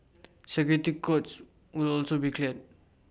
security codes will also be clearer